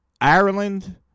Ireland